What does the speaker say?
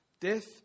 Death